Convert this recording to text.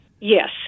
Yes